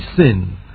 sin